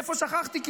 איפה שכחתי,